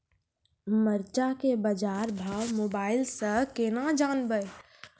मरचा के बाजार भाव मोबाइल से कैनाज जान ब?